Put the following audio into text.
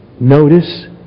Notice